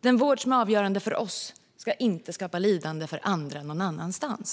Den vård som är avgörande för oss ska inte skapa lidande för andra någon annanstans.